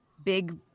big